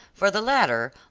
for the latter,